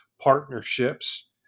partnerships